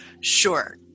sure